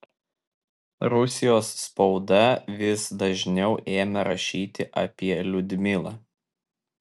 rusijos spauda vis dažniau ėmė rašyti apie liudmilą